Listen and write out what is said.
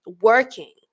working